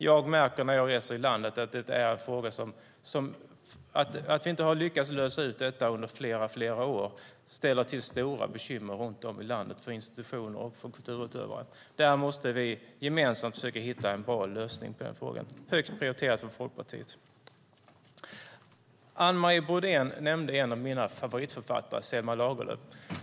Jag märker när jag reser i landet att det är en fråga som vi inte har lyckats lösa under flera år, och det ställer till stora bekymmer runt om i landet för institutioner och kulturutövare. På den frågan måste vi gemensamt försöka hitta en bra lösning. Det är högt prioriterat från Folkpartiet. Anne Marie Brodén nämnde en av mina favoritförfattare, Selma Lagerlöf.